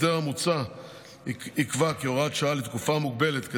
ההסדר המוצע ייקבע כהוראת שעה לתקופה מוגבלת,